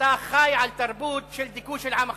שאתה חי על תרבות של דיכוי של עם אחר.